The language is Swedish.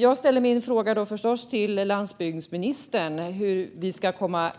Jag ställer min fråga till landsbygdsministern: Hur ska vi komma